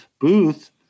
Booth